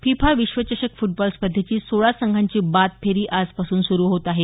FIFA विश्वचषक football स्पर्धेची सोळा संघांची बाद फेरी आजपासून सुरू होत आहे